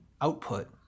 output